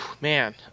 Man